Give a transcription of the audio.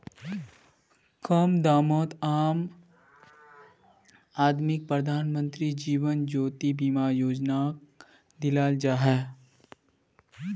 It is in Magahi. कम दामोत आम आदमीक प्रधानमंत्री जीवन ज्योति बीमा योजनाक दियाल जाहा